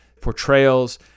portrayals